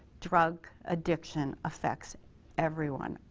drug addiction affects everyone.